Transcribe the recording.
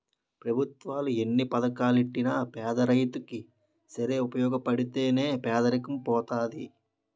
పెభుత్వాలు ఎన్ని పథకాలెట్టినా పేదరైతు కి సేరి ఉపయోగపడితే నే పేదరికం పోతది